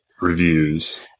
reviews